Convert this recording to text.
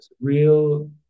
real